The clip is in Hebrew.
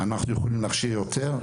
אנחנו יכולים להכשיר יותר.